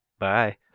Bye